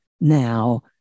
now